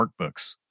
workbooks